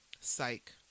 Psych